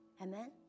Amen